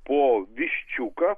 po viščiuką